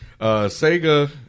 Sega